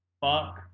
Fuck